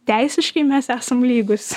teisiškai mes esam lygūs